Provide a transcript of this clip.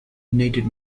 ignited